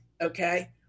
Okay